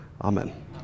Amen